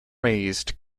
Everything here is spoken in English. raised